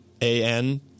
A-N